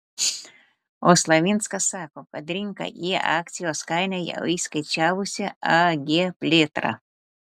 o slavinskas sako kad rinka į akcijos kainą jau įskaičiavusi ag plėtrą